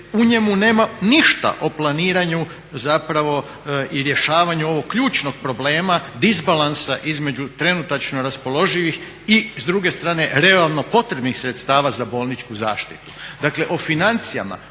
u njemu nema ništa o planiranju zapravo i rješavanju ovog ključnog problema disbalansa između trenutačno raspoloživih i s druge strane realno potrebnih sredstava za bolničku zaštitu.